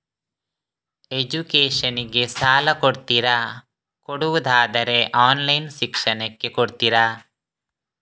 Education ಗೆ ಸಾಲ ಕೊಡ್ತೀರಾ, ಕೊಡುವುದಾದರೆ ಆನ್ಲೈನ್ ಶಿಕ್ಷಣಕ್ಕೆ ಕೊಡ್ತೀರಾ?